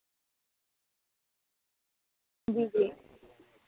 जी जी